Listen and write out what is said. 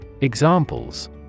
Examples